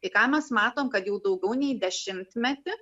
tai ką mes matom kad jau daugiau nei dešimtmetį